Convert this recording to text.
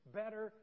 better